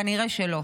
כנראה שלא.